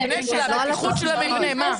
על המבנה והבטיחות של המבנה, מה?